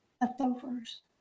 leftovers